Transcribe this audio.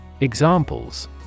Examples